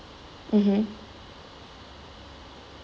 mmhmm